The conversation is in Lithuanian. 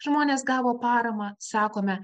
žmonės gavo paramą sakome